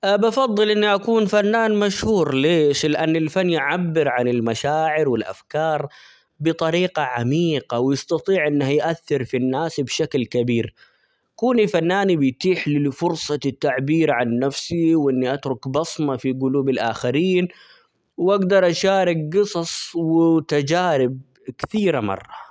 بفضل إني أكون فنان مشهور ليش؟ لأن الفن يعبر عن المشاعر والأفكار بطريقة عميقة ،ويستطيع إنه يؤثر في الناس بشكل كبير ،كوني فنان بيتيح لى فرصة التعبير عن نفسي وإني أترك بصمة في قلوب الآخرين ،وأقدر أشارك قصص وتجارب كثيرة مرة.